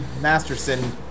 Masterson